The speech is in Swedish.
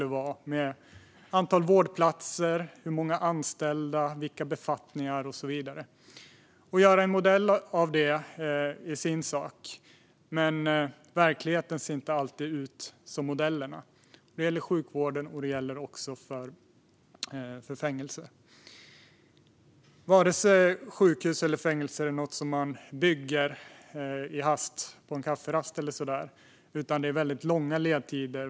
Det handlade om antal vårdplatser och anställda och om vilka befattningar det skulle vara och så vidare. Att göra en modell av det är en sak, men verkligheten ser inte alltid ut som modellerna. Det gäller sjukvården, och det gäller fängelser. Varken sjukhus eller fängelser är något som man bygger i en hast, på en kafferast eller så. Det är väldigt långa ledtider.